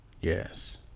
Yes